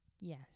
yes